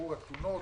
בירור התלונות,